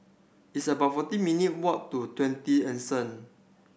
it's about forty minute walk to Twenty Anson